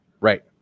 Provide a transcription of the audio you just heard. Right